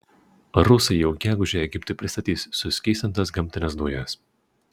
rusai jau gegužę egiptui pristatys suskystintas gamtines dujas